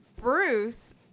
Bruce